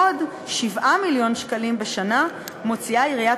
עוד 7 מיליון שקלים בשנה מוציאה עיריית